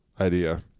idea